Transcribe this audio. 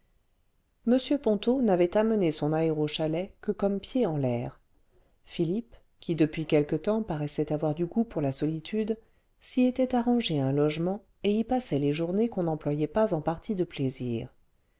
m ponto n'avait amené son aérochalet que comme quid en l'air philippe qui depuis quelque temps paraissait avoir du goût pour la solitude s'y était arrangé un logement et y passait les journées qu'on n'employait pas en parties de plaisir